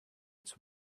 its